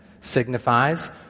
signifies